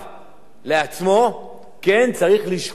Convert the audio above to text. כן, צריך לשקול להחיל צינון.